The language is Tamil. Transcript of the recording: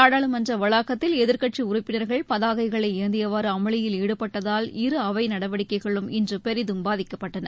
நாடாளுமன்ற வளாகத்தில் எதிர்க்கட்சி உறுப்பினர்கள் பதாகைகளை ஏந்தியவாறு அமளியில் ஈடுபட்டதால் இரு அவை நடவடிக்கைகளும் இன்று பெரிதும் பாதிக்கப்பட்டன